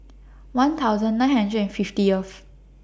one thousand nine hundred and fiftieth